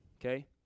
okay